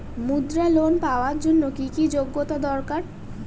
মুদ্রা লোন পাওয়ার জন্য কি যোগ্যতা দরকার?